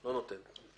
לא נותן.